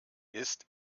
ist